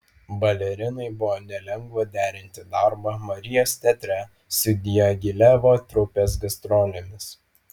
balerinai buvo nelengva derinti darbą marijos teatre su diagilevo trupės gastrolėmis